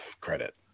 credit